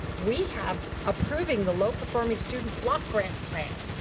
we have approving the low-performing students block grant plan.